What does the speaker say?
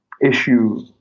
issue